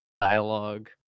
dialogue